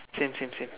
same same same